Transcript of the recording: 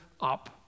up